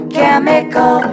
Chemical